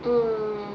mmhmm